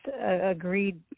agreed